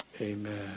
Amen